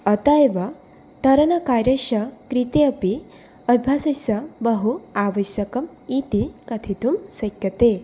अत एव तरणकार्यस्य कृते अपि अभ्यासस्य बहु आवश्यकम् इति कथितुं शक्यते